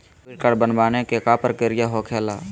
Debit card बनवाने के का प्रक्रिया होखेला?